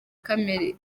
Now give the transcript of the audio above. kamere